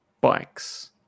bikes